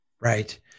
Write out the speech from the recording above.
Right